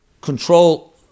control